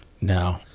No